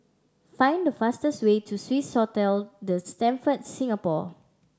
find the fastest way to Swissotel The Stamford Singapore